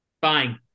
Fine